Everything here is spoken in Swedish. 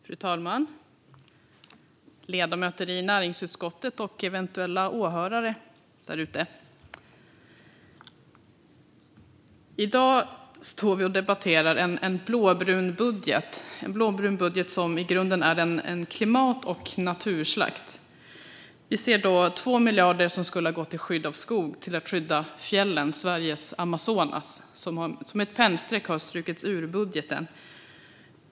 Fru talman! Ledamöter i näringsutskottet! Eventuella åhörare där ute! I dag debatterar vi en blåbrun budget som i grunden är en klimat och naturslakt. 2 miljarder som skulle ha gått till skydd av skog, till att skydda fjällen, Sveriges Amazonas, har med ett pennstreck strukits ur budgeten.